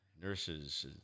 nurses